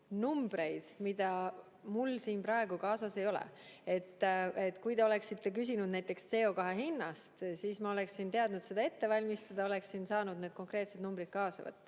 numbreid, mida mul siin praegu kaasas ei ole. Kui te oleksite [pealkirjaks pannud] näiteks "CO2hinnast", siis ma oleksin teadnud selleks valmistuda, oleksin saanud need konkreetsed numbrid kaasa võtta.